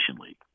League